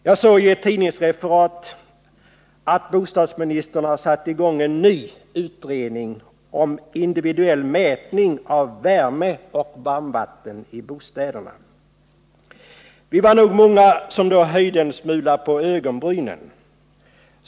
Jag såg i ett tidningsreferat att bostadsministern har satt i gång en ny utredning om individuell mätning av värme och varmvatten i bostäderna. Vi var nog många som då höjde en smula på ögonbrynen.